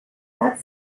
that